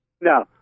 No